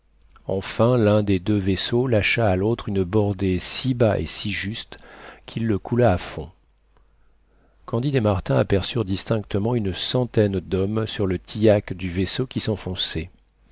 enfin l'un des deux vaisseaux lâcha à l'autre une bordée si bas et si juste qu'il le coula à fond candide et martin aperçurent distinctement une centaine d'hommes sur le tillac du vaisseau qui s'enfonçait